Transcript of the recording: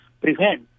prevent